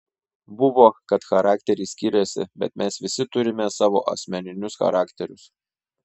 buvo kad charakteriai skiriasi bet mes visi turime savo asmeninius charakterius